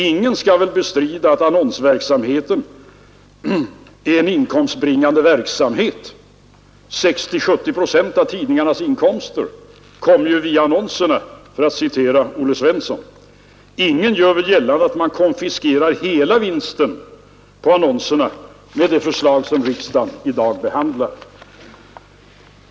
Ingen skall väl bestrida att annonsverksamheten är en inkomstbringande verksamhet; 60-70 procent av tidningarnas inkomster kommer ju via annonserna, för att citera Olle Svensson. Ingen gör väl gällande att man konfiskerar hela vinsten på annonserna med det förslag som riksdagen i dag behandlar.